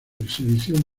exhibición